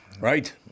Right